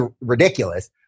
ridiculous